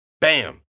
Bam